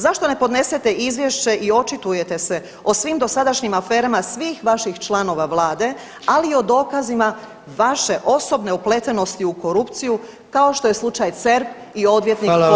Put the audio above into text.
Zašto ne podnesete izvješće i očitujete se o svim dosadašnjim aferama svih vaših članova vlade, ali i o dokazima vaše osobne upletenosti u korupciju kao što je slučaj CERP i odvjetnik Klobučar.